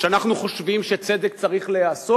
שאנחנו חושבים שצדק צריך להיעשות,